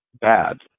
bad